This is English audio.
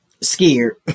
Scared